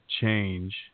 change